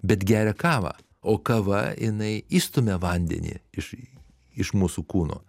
bet geria kavą o kava jinai išstumia vandenį iš iš mūsų kūno